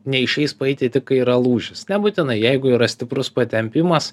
neišeis paeiti tik kai yra lūžis nebūtinai jeigu yra stiprus patempimas